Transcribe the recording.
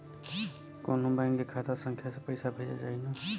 कौन्हू बैंक के खाता संख्या से पैसा भेजा जाई न?